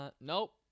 nope